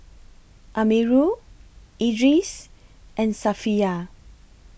Amirul Idris and Safiya